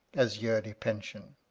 as yearly pension.